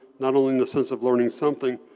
not only in the sense of learning something,